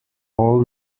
all